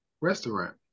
restaurant